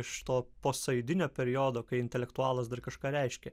iš to posaidinio periodo kai intelektualas dar kažką reiškė